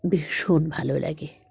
ভীষণ ভালো লাগে